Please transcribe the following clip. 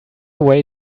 way